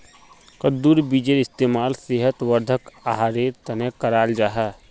कद्दुर बीजेर इस्तेमाल सेहत वर्धक आहारेर तने कराल जाहा